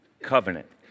covenant